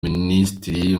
minisitiri